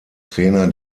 trainer